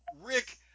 Rick